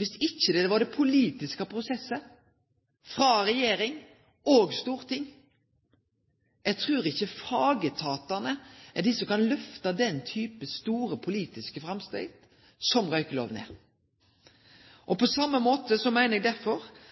viss det ikkje hadde vore politiske prosessar frå regjering og storting. Eg trur ikkje fagetatane er dei som kan